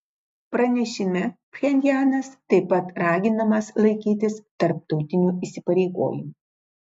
pranešime pchenjanas taip pat raginamas laikytis tarptautinių įsipareigojimų